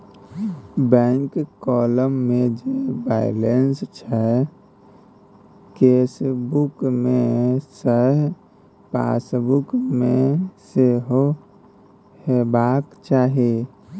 bank column मे जे balance छै केसबुक मे सैह पासबुक मे सेहो हेबाक चाही